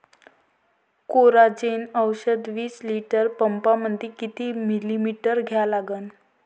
Coragen औषध विस litre पंपामंदी किती मिलीमिटर घ्या लागन?